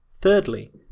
Thirdly